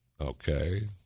Okay